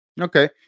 Okay